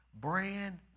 Brand